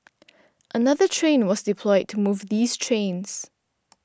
another train was deployed to move these trains